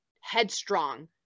headstrong